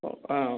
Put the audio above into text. O ആ